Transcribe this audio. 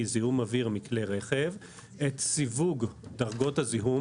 זיהום אוויר מכלי רכב את סיווג דרגות הזיהום,